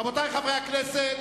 רבותי חברי הכנסת,